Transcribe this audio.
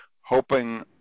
hoping